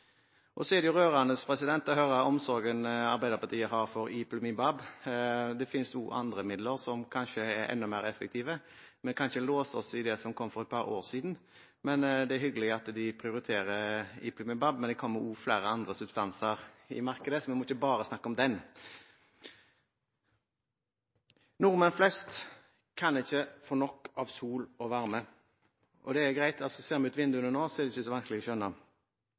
Så er det rørende å høre omsorgen Arbeiderpartiet har for Ipilimumab – det finnes også andre midler som kanskje er enda mer effektive. Vi kan ikke låse oss til det som kom for et par år siden, men det er hyggelig at de prioriterer Ipilimumab. Det kommer også flere andre substanser på markedet, så vi må ikke bare snakke om den. Nordmenn flest kan ikke få nok av sol og varme. Det er greit – hvis man ser ut av vinduet nå, så er ikke det så vanskelig å skjønne.